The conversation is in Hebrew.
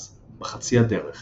אז, בחצי הדרך